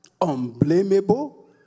Unblameable